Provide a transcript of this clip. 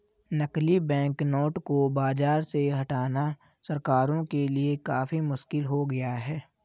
नकली बैंकनोट को बाज़ार से हटाना सरकारों के लिए काफी मुश्किल हो गया है